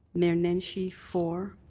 mayor nenshi for,